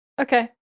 okay